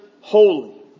holy